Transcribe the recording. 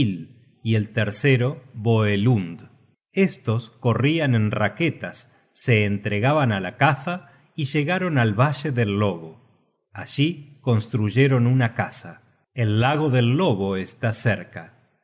y el tercero voelund estos corrian en raquetas se entregaban á la caza y llegaron al valle del lobo allí construyeron una casa el lago del lobo está cerca